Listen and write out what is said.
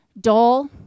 dull